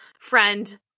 friend